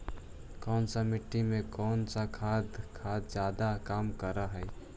कौन सा मिट्टी मे कौन सा खाद खाद जादे काम कर हाइय?